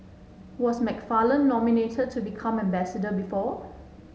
was McFarland nominated to become ambassador before